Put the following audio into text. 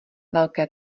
velké